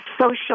social